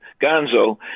Gonzo